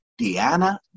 Deanna